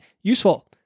useful